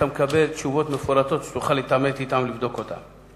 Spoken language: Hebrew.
היית מקבל תשובות מפורטות שתוכל להתעמת אתן ולבדוק אותן.